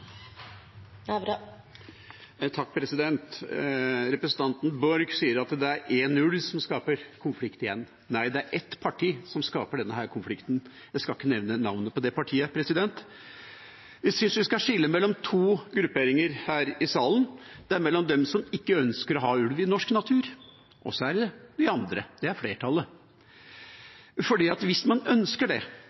som skaper konflikt igjen – nei, det er ett parti som skaper denne konflikten, jeg skal ikke nevne navnet på det partiet. Jeg synes vi skal skille mellom to grupperinger her i salen, det er mellom dem som ikke ønsker å ha ulv i norsk natur, og så er det de andre, flertallet. Hvis man ønsker at man